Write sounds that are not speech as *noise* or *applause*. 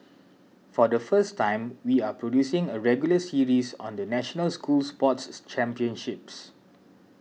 for the first time we are producing a regular series on the national school sports *noise* championships